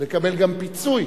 ולקבל גם פיצוי,